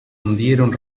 hundieron